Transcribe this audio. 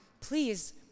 please